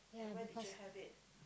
yeha because